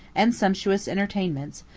and sumptuous entertainments,